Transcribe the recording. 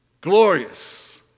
Glorious